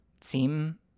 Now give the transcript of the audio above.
seem